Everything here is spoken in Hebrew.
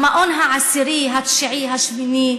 המאיון העשירי, התשיעי, השמיני,